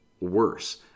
worse